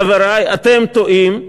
חברי, אתם טועים.